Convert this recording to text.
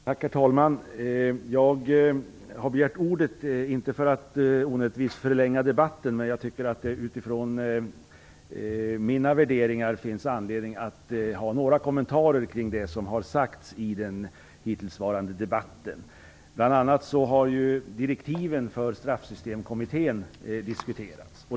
Herr talman! Jag har inte begärt ordet för att onödigtvis förlänga debatten. Jag tycker dock att det utifrån mina värderingar finns anledning att ha några kommentarer omkring vad som hittills har sagts. Bl.a. har direktiven till Straffsystemkommittén diskuterats.